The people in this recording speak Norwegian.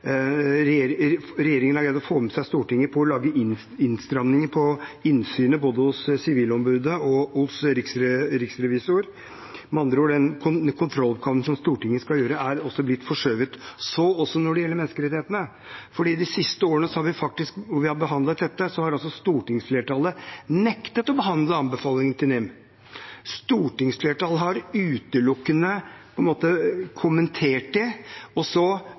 å få med seg Stortinget på å lage innstramminger i innsynet, både hos Sivilombudet og hos Riksrevisjonen. Med andre ord: Den kontrolloppgaven Stortinget skal gjøre, er blitt forskjøvet. Det gjelder også menneskerettighetene, for de siste årene, når vi har behandlet dette, har stortingsflertallet nektet å behandle anbefalingene fra NIM. Stortingsflertallet har utelukkende kommentert det, og uten å ta aktivt stilling til det